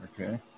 okay